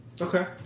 Okay